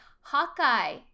Hawkeye